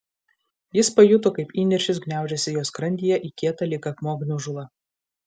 jis pajuto kaip įniršis gniaužiasi jo skrandyje į kietą lyg akmuo gniužulą